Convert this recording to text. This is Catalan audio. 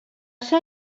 ser